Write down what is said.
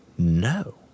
No